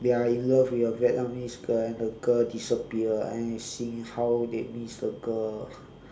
they are in love with a vietnamese girl and the girl disappear then they sing how they miss the girl